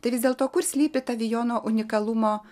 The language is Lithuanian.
tai vis dėlto kur slypi ta vijono unikalumo